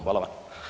Hvala vam.